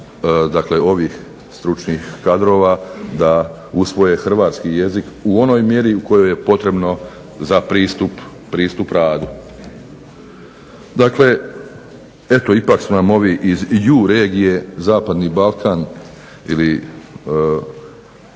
ovih stručnih kadrova da usvoje hrvatski jezik u onoj mjeri u kojoj je potrebno za pristup radu. Dakle, eto ipak su nam ovi iz EU regije Zapadni Balkan,